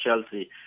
Chelsea